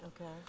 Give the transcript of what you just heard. Okay